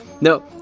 No